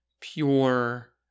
pure